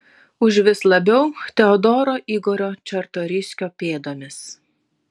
užvis labiau teodoro igorio čartoriskio pėdomis